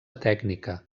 tècnica